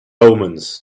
omens